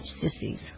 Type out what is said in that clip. sissies